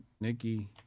Nikki